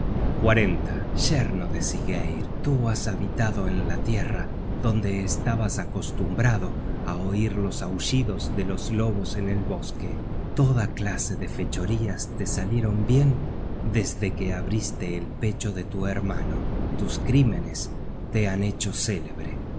thor yerno de siggeir tú has habitado en la tierra donde estabas acostumbrado á oir los aullidos de los lobos en el bosque toda clase de fechorías te salieron bien desde que abriste el pecho de tu hermano tus crímenes te han hecho célebre